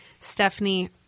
Stephanie